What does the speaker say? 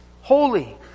holy